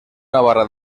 navarra